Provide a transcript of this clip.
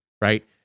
right